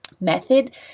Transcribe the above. Method